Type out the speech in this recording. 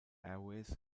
airways